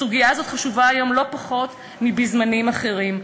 הסוגיה הזאת חשובה היום לא פחות מבזמנים אחרים.